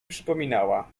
przypominała